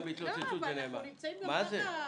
מה זה?